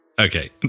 Okay